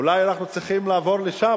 אולי אנחנו צריכים לעבור לשם,